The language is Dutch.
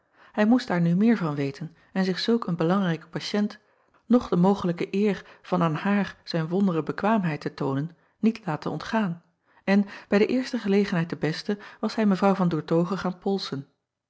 ij moest daar acob van ennep laasje evenster delen nu meer van weten en zich zulk een belangrijke patiënt noch de mogelijke eer van aan haar zijn wondere bekwaamheid te toonen niet laten ontgaan en bij de eerste gelegenheid de beste was hij evrouw an oertoghe gaan polsen